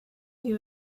you